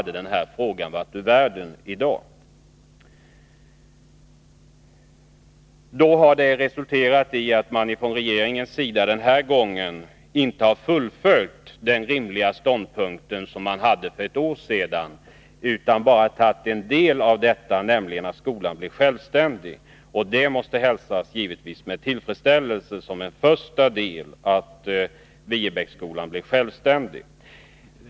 Det har resulterat i att regeringen nu inte fasthåller vid den rimliga ståndpunkt man hade för ett år sedan. Man framlägger bara en del av föregående års förslag, nämligen förslaget att Viebäcksskolan skall bli självständig. Det måste givetvis hälsas med tillfredsställelse, som ett första steg.